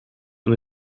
and